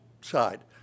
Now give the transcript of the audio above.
side